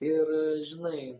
ir žinai